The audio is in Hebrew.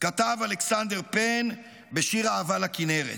כתב אלכסנדר פן בשיר אהבה לכינרת.